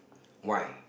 why